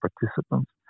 participants